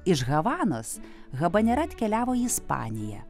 iš havanos habanera atkeliavo į ispaniją